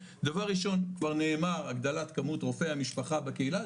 דבר ראשון כבר נאמר הגדלת כמות רופאי המשפחה בקהילה,